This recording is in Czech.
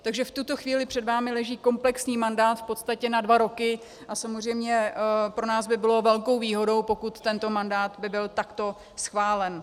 Takže v tuto chvíli před vámi leží komplexní mandát v podstatě na dva roky a samozřejmě pro nás by bylo velkou výhodou, pokud tento mandát by byl takto schválen.